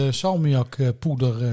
salmiakpoeder